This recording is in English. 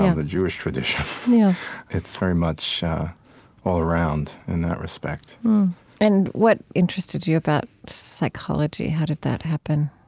yeah the jewish tradition yeah it's very much all around in that respect and what interested you about psychology? how did that happen?